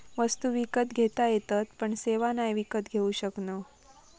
वस्तु विकत घेता येतत पण सेवा नाय विकत घेऊ शकणव